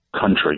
country